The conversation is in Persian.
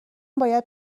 باید